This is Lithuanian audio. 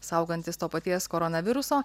saugantis to paties koronaviruso